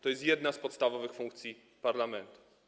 To jest jedna z podstawowych funkcji parlamentu.